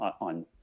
on